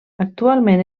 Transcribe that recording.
actualment